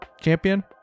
champion